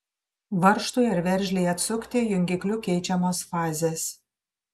varžtui ar veržlei atsukti jungikliu keičiamos fazės